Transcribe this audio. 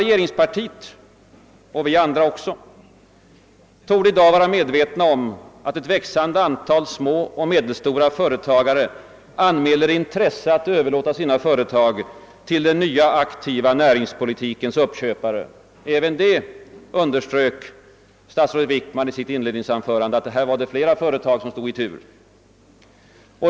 Regeringspartiet — och vi andra också — torde i dag vara medvetet om att ett växande antal små och medelstora företagare anmäler intresse för att överlåta sina företag till den nya aktiva näringspolitikens uppköpare; statsrådet Wickman underströk också i sitt inledningsanförande att här var det flera företag som stod i tur.